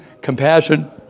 compassion